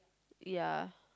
yea